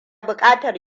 bukatar